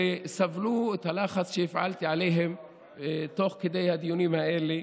שסבלו את הלחץ שהפעלתי עליהם תוך כדי הדיונים האלה.